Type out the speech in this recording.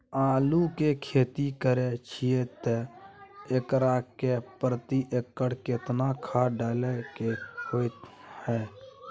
आलू के खेती करे छिये त एकरा मे प्रति एकर केतना खाद डालय के होय हय?